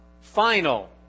final